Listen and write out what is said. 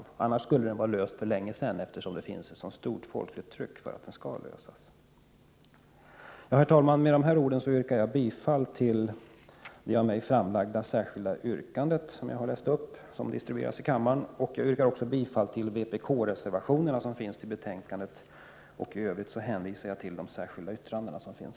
I annat fall skulle frågan ha varit löst för länge sedan — trycket från folket är ju så stort. Herr talman! Med dessa ord yrkar jag bifall till det av mig framlagda särskilda yrkandet, som jag nyss har läst upp och som har distribuerats här i kammaren. Dessutom yrkar jag bifall till vpk-reservationerna i betänkandet. I övrigt hänvisar jag till de särskilda yttranden som avgetts.